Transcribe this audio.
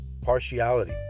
partiality